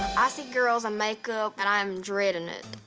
i see girls in makeup, and i am dreading it.